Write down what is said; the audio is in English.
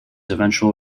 eventual